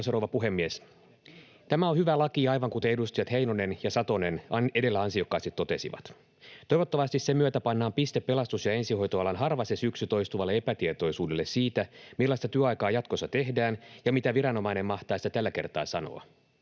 Arvoisa rouva puhemies! Tämä on hyvä laki, aivan kuten edustajat Heinonen ja Satonen edellä ansiokkaasti totesivat. Toivottavasti sen myötä pannaan piste pelastus- ja ensihoitoalan harva se syksy toistuvalle epätietoisuudelle siitä, millaista työaikaa jatkossa tehdään ja mitä viranomainen mahtaa siitä tällä kertaa sanoa.